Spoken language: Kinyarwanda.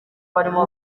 barimo